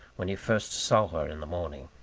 when he first saw her in the morning.